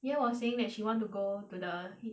vian was saying that she want to go to the